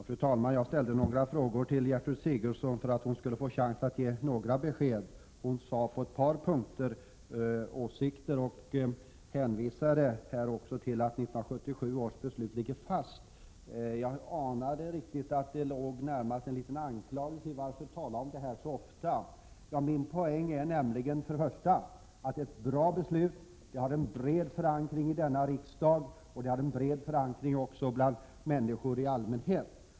Fru talman! Jag ställde några frågor till Gertrud Sigurdsen. På det sättet fick statsrådet en chans att ge några besked. På ett par punkter gav hon också uttryck för sina åsikter. Dessutom hänvisade hon till 1977 års alkoholpolitiska beslut och sade att detta ligger fast. Jag anar att det i detta låg något av en klagan över att det så ofta talas om dessa saker. Poängen i detta sammanhang är ju främst att det rör sig om ett bra beslut, som är brett förankrat både i riksdagen och bland människor i allmänhet.